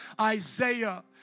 Isaiah